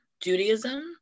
Judaism